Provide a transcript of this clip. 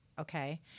okay